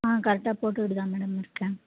ஆ கரெக்டாக போட்டுக்கிட்டு தான் மேடம் இருக்கேன்